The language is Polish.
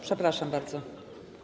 Przepraszam bardzo.